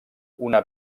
una